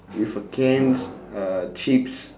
with a cans uh chips